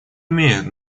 имеют